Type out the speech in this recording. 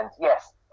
yes